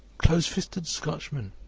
close-fisted scotchman!